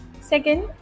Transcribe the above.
second